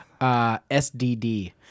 SDD